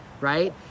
right